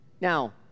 Now